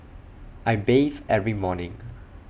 I bathe every morning